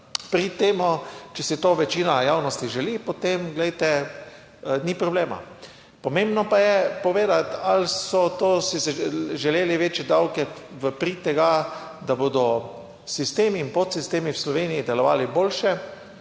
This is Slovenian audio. prid temu, če si to večina javnosti želi, potem, glejte, ni problema. Pomembno pa je povedati ali so to si želeli večje davke v prid tega, da bodo sistemi in podsistemi v Sloveniji delovali boljše,